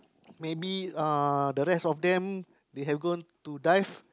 maybe uh the rest of them they have gone to dive